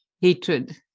hatred